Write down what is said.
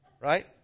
Right